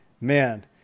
man